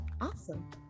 Awesome